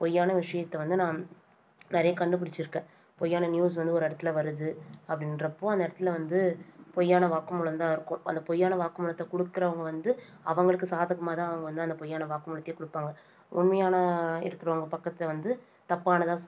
பொய்யான விஷயத்த வந்து நான் நிறைய கண்டுபிடிச்சிருக்கேன் பொய்யான நியூஸ் வந்து ஒரு இடத்துல வருது அப்படின்றப்போ அந்த இடத்துல வந்து பொய்யான வாக்குமூலம் தான் இருக்கும் அந்த பொய்யான வாக்குமூலத்தை கொடுக்குறவுங்க வந்து அவங்களுக்கு சாதகமாகதான் அவங்க வந்து அந்த பொய்யான வாக்குமூலத்தையே கொடுப்பாங்க உண்மையான இருக்கிறவங்க பக்கத்தில் வந்து தப்பானதாக